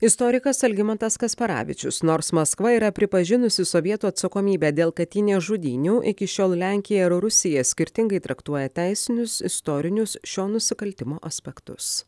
istorikas algimantas kasparavičius nors maskva yra pripažinusi sovietų atsakomybę dėl katynės žudynių iki šiol lenkija ir rusija skirtingai traktuoja teisinius istorinius šio nusikaltimo aspektus